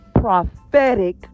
prophetic